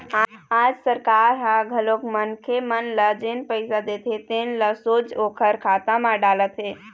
आज सरकार ह घलोक मनखे मन ल जेन पइसा देथे तेन ल सोझ ओखर खाता म डालत हे